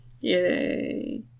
Yay